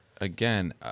again